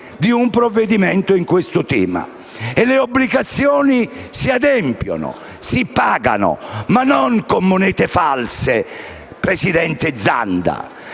di un provvedimento su questo tema. Le obbligazioni si adempiono, si pagano, ma non con monete false. Presidente Zanda,